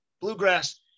bluegrass